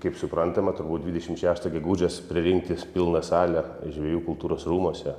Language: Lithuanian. kaip suprantama turbūt dvidešim šeštą gegužės pririnkti pilną salę žvejų kultūros rūmuose